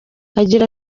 agira